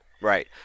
Right